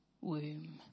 womb